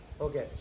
Okay